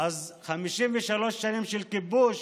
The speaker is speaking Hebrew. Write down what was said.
53 שנים של כיבוש